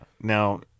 Now